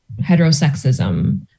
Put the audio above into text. heterosexism